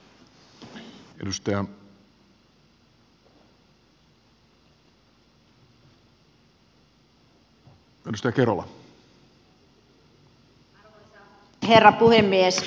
arvoisa herra puhemies